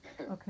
Okay